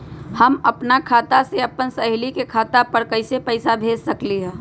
हम अपना खाता से अपन सहेली के खाता पर कइसे पैसा भेज सकली ह?